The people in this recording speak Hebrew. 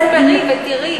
פשוט תספרי ותראי.